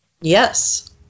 Yes